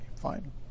fine